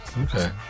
okay